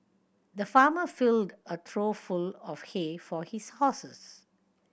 the farmer filled a trough full of hay for his horses